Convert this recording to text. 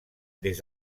des